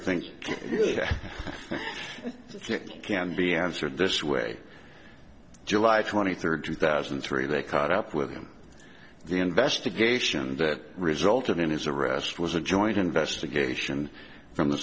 think can be answered this way july twenty third two thousand and three they caught up with him the investigation that resulted in his arrest was a joint investigation from the